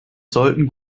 sollten